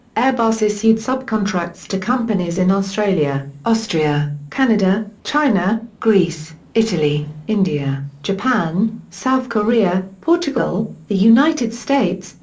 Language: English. airbus issued subcontracts to companies in australia, austria, canada, china, greece, italy, india, japan, south korea, portugal, the united states,